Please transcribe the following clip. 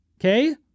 Okay